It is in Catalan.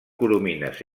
coromines